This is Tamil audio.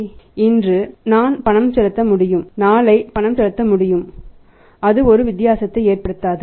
நான் இன்று பணம் செலுத்த முடியும் நாளை பணம் செலுத்த முடியும் அது ஒரு வித்தியாசத்தை ஏற்படுத்தாது